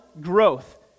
growth